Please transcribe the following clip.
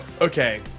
Okay